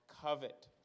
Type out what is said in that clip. covet